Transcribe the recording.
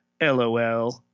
LOL